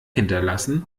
hinterlassen